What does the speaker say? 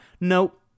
Nope